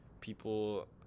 people